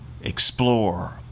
explore